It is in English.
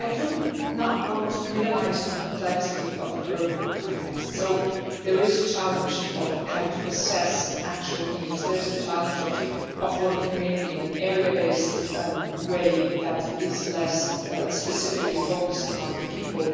i do not want to minimize the complexity of an urban context, so there is a challenge of how to assess actual needs. there's a challenge of of working maybe in an area based um way that is less specifically focusing on people.